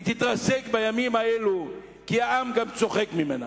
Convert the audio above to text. היא תתרסק בימים האלה, כי העם צוחק ממנה.